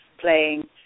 playing